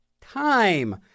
time